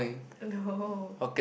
no